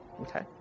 Okay